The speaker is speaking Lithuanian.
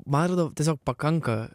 man atrodo tiesiog pakanka